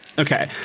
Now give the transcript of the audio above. Okay